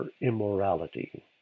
immorality